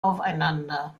aufeinander